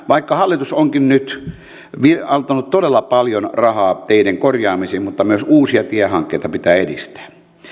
vaikka hallitus onkin nyt antanut todella paljon rahaa teiden korjaamiseen myös uusia tiehankkeita pitää edistää